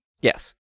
Yes